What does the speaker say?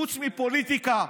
חוץ מפוליטיקה,